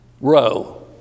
row